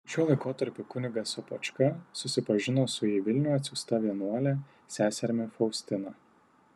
šiuo laikotarpiu kunigas sopočka susipažino su į vilnių atsiųsta vienuole seserimi faustina